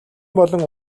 болон